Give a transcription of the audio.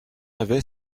avait